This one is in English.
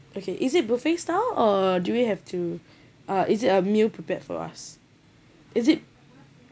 okay is it buffet style or do we have to uh is it uh meal prepared for us is it